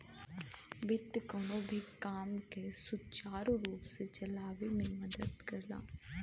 वित्त कउनो भी काम के सुचारू रूप से चलावे में मदद करला